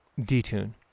detune